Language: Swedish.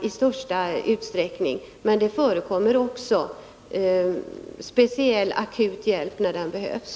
Det förekommer emellertid att speciell, akut hjälp ges när sådan behövs.